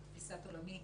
תפיסת עולמי